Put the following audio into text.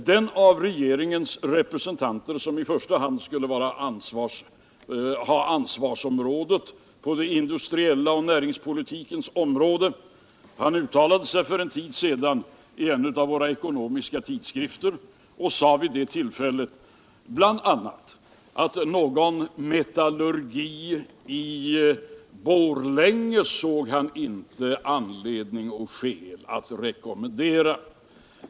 Den av regeringens representanter som i första hand skulle bära ansvaret på industripolitikens och näringspolitikens områden uttalade sig för en tid sedan i en av våra ekonomiska tidskrifter. Han sade där bl.a. att någon metallurgi i Borlänge såg han ingen anledning och inga skäl att rekommendera.